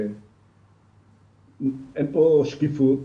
אין פה שקיפות,